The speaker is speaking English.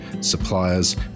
suppliers